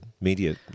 media